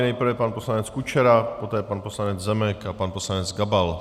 Nejprve pan poslanec Kučera, poté pan poslanec Zemek a pan poslanec Gabal.